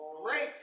great